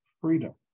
freedom